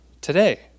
today